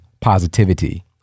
positivity